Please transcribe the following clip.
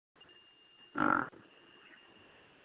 ᱦᱮᱸ